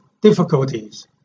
difficulties